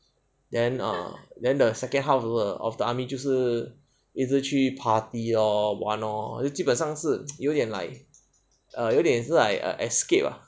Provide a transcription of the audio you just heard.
then err then the second half of the army 就是一直去 party lor 玩咯基本上是 有一点 like err 有一点 like escape ah